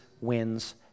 wins